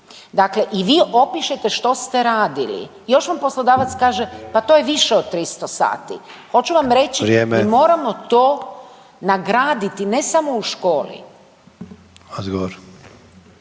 Dakle i vi opišete što ste radili. Još vam poslodavac kaže pa to je više do 300 sati. Hoću vam reći .../Upadica: Vrijeme./... mi moramo to nagraditi, ne samo u školi.